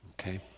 Okay